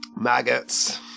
maggots